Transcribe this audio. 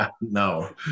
No